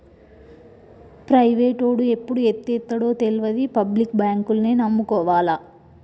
ప్రైవేటోడు ఎప్పుడు ఎత్తేత్తడో తెల్వది, పబ్లిక్ బాంకుల్నే నమ్ముకోవాల